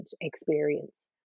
experience